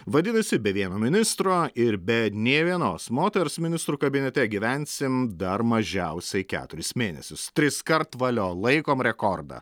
vadinasi be vieno ministro ir be nei vienos moters ministrų kabinete gyvensim dar mažiausiai keturis mėnesius triskart valio laikom rekordą